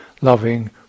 loving